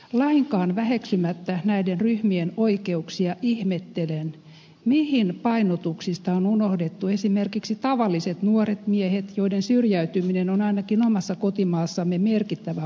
lainkaan väheksymättä näiden ryhmien oikeuksia ihmettelen mihin painotuksista on unohdettu esimerkiksi tavalliset nuoret miehet joiden syrjäytyminen on ainakin omassa kotimaassamme merkittävä ongelma